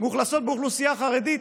מאוכלסות באוכלוסייה חרדית.